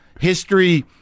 history